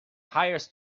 hires